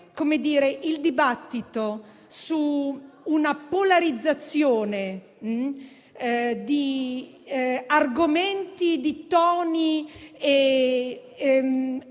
il dibattito su una polarizzazione di argomenti, toni e